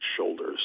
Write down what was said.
Shoulders